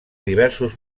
diversos